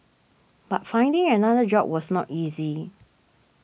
but finding another job was not easy